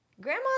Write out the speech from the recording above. Grandma